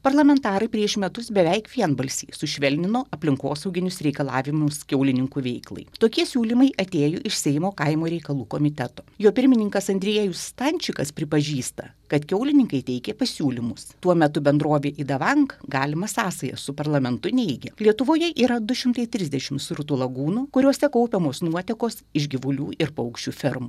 parlamentarai prieš metus beveik vienbalsiai sušvelnino aplinkosauginius reikalavimus kiaulininkų veiklai tokie siūlymai atėjo iš seimo kaimo reikalų komiteto jo pirmininkas andriejus stančikas pripažįsta kad kiaulininkai teikė pasiūlymus tuo metu bendrovė idavank galimą sąsają su parlamentu neigia lietuvoje yra du šimtai trisdešimt srutų lagūnų kuriose kaupiamos nuotekos iš gyvulių ir paukščių fermų